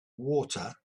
water